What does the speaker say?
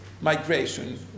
migration